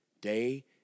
day